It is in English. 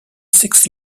six